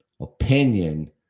opinion